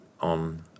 on